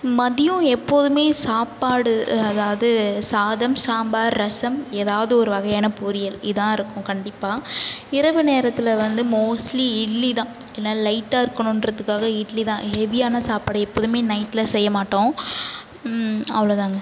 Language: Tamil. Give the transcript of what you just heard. மதியம் எப்போதுமே சாப்பாடு அதாவது சாதம் சாம்பார் ரசம் ஏதாவது ஒருவகையான பொரியல் இதான் இருக்கும் கண்டிப்பா இரவு நேரத்தில் வந்து மோஸ்ட்லி இட்லி தான் ஏன்னா லைட்டாக இருக்கணுன்றதுக்காக இட்லி தான் ஹெவியான சாப்பாடு எப்போதுமே நைட்டில் செய்யமாட்டோம் அவ்ளோதாங்க